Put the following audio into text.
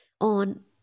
on